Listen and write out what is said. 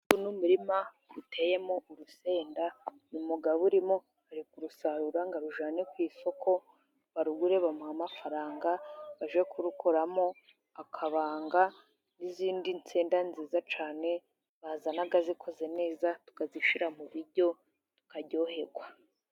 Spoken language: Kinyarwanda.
Umurima uteyemo urusenda, umugabo urimo ari kurusarura ngo arujyana ku isoko barugure, bamuhe amafaranga bajye kurukoramo akabanga n'izindi nsenda nziza cyane, bazana zikoze neza tukazishyira mu biryo tukaryoherwa.